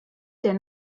der